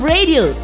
Radio